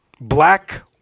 Black